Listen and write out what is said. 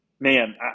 Man